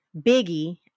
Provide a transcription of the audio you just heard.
Biggie